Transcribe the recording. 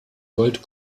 gold